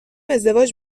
ازدواج